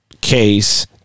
case